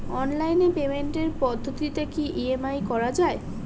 Online পেমেন্টের পদ্ধতিতে কি ই.এম.আই করা যায়?